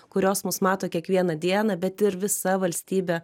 kurios mus mato kiekvieną dieną bet ir visa valstybė